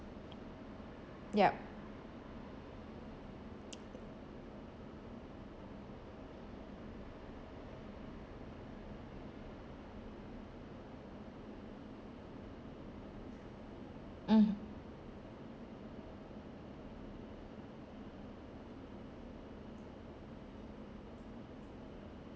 yup mm